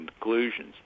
conclusions